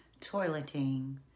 toileting